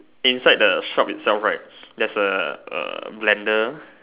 inside the shop itself right there's a A blender